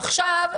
עכשיו,